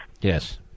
Yes